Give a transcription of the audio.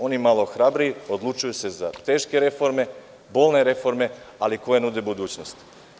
Oni malo hrabriji odlučuju se za teške reforme, bolne reforme, ali koje nude budućnost.